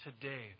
today